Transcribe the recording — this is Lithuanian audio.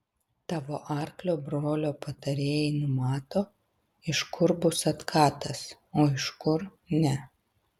tavo arklio brolio patarėjai numato iš kur bus atkatas o iš kur ne